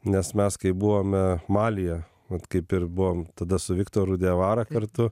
nes mes kai buvome malyje vat kaip ir buvom tada su viktoru diawara kartu